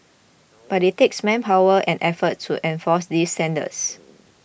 but it takes manpower and effort to enforce these standards